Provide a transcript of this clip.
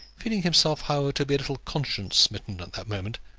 feeling himself, however, to be a little conscience-smitten at the moment,